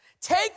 Take